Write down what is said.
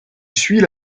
suit